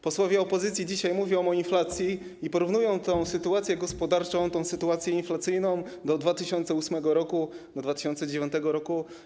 Posłowie opozycji dzisiaj mówią o inflacji i porównują tę sytuację gospodarczą, tę sytuację inflacyjną do 2008 r., do 2009 r.